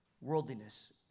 Worldliness